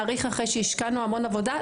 מאריך אחרי שהשקענו המון עבודה..